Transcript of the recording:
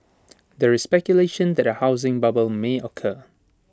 there is speculation that A housing bubble may occur